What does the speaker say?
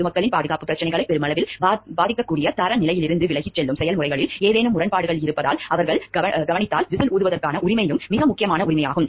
பொதுமக்களின் பாதுகாப்பு பிரச்சினைகளை பெருமளவில் பாதிக்கக்கூடிய தரநிலையிலிருந்து விலகிச் செல்லும் செயல்முறைகளில் ஏதேனும் முரண்பாடுகள் இருப்பதை அவர்கள் கவனித்தால் விசில் ஊதுவதற்கான உரிமையும் மிக முக்கியமான உரிமையாகும்